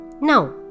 Now